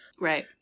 Right